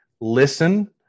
listen